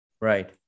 Right